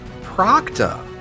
Procta